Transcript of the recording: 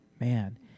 Man